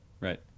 Right